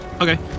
Okay